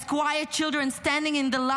as quiet children standing in line